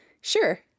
sure